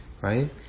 right